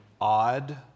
odd